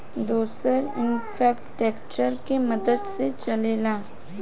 दुसर इन्फ़्रास्ट्रकचर के मदद से चलेला